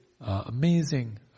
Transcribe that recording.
amazing